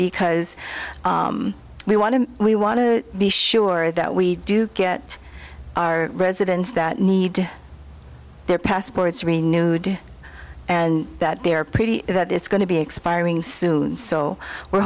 because we want to we want to be sure that we do get our residents that need their passports renewed and that they're pretty that it's going to be expiring soon so we're